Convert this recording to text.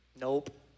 Nope